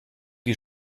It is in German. die